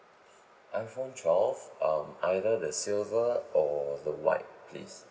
iphone twelve um either the silver or the white please